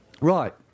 Right